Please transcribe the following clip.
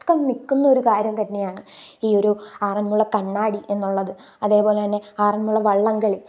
നിൽക്കുന്നൊരു കാര്യം തന്നെയാണ് ഈ ഒരു ആറന്മുള കണ്ണാടി എന്നുള്ളത് അതേപോലെത്തന്നെ ആറന്മുള വള്ളംകളി